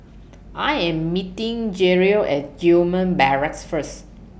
I Am meeting Jerrel At Gillman Barracks First